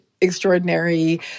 extraordinary